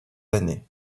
années